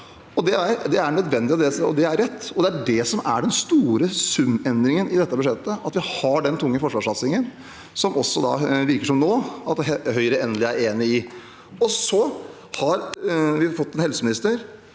Det er nødvendig, og det er rett. Og det er det som er den store sumendringen i dette budsjettet, at vi har den tunge forsvarssatsingen, som det nå virker som at også Høyre endelig er enig i. Så har vi fått en helseminister